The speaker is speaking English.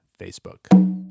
Facebook